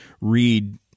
read